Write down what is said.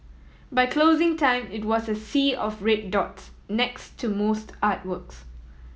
by closing time it was a sea of red dots next to most artworks